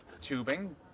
tubing